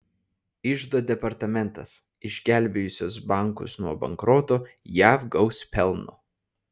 iždo departamentas išgelbėjusios bankus nuo bankroto jav gaus pelno